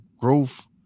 growth